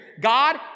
God